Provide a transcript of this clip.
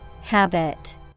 Habit